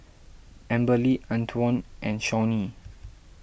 Amberly Antwon and Shawnee